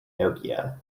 nokia